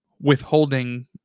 withholding